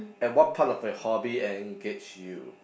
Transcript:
and what part of your hobby engage you